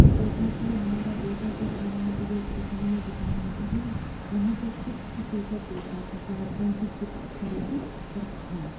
तो देखा तो हमारा बेटा जो था वहाँ पर जो स्टेशनों में दुकान होती हैं न वहाँ पर चिप्स की पैकट देख रहा था कि मैं कौन सी चिप्स खरीदूँ और खाऊँ